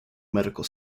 medical